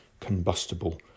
combustible